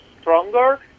stronger